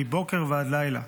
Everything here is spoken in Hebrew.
מבוקר ועד לילה.